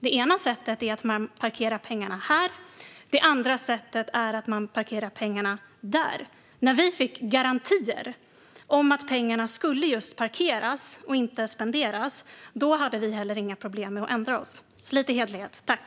Det ena sättet är att man parkerar pengarna här, och det andra sättet är att man parkerar pengarna där. När vi fick garantier för att pengarna just skulle parkeras och inte spenderas hade vi inte heller några problem med att ändra oss. Lite hederlighet, tack!